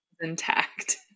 intact